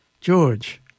George